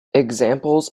examples